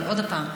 אבל עוד פעם,